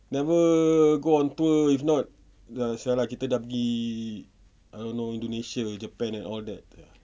never go on tours if not eh [sial] lah kita dah beli I don't know Indonesia japan and all that